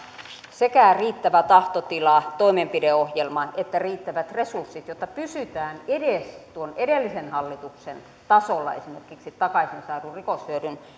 sekä riittävä tahtotila toimenpideohjelmaan että riittävät resurssit jotta pysytään edes tuon edellisen hallituksen tasolla esimerkiksi takaisin saadun rikoshyödyn